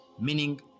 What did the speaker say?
Meaning